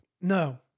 No